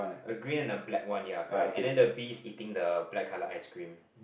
a green and a black one ya correct and then the bees eating the black colour ice cream